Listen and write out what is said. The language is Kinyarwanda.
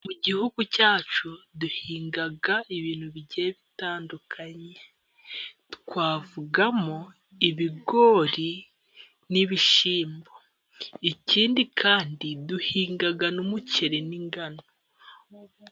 Mu gihugu cyacu duhinga ibintu bigiye bitandukanye twavugamo: ibigori, n'ibishyimbo , ikindi kandi duhinga n'umuceri n'ingano.